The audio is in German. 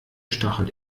stachelt